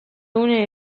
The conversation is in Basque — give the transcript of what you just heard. une